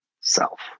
self